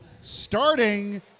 starting